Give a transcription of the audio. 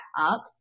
up